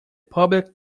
public